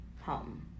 home